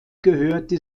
gehörte